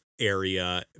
area